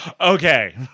Okay